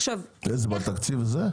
בתקציב הזה?